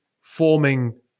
forming